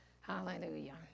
Hallelujah